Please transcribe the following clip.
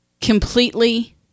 completely